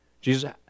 Jesus